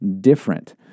different